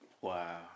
Wow